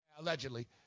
Allegedly